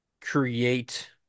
Create